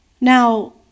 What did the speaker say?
Now